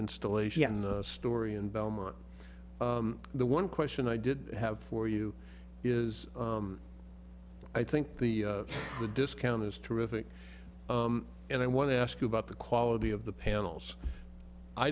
installation story in belmont the one question i did have for you is i think the the discount is terrific and i want to ask you about the quality of the panels i